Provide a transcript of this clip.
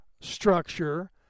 structure